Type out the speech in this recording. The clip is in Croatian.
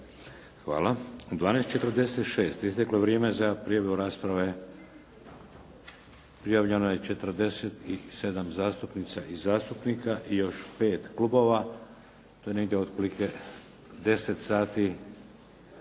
Hvala. U 12,46 isteklo je vrijeme za prijavu rasprave. Prijavljeno je 47 zastupnica i zastupnika i još 5 klubova, to je negdje otprilike deset